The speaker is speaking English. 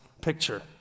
picture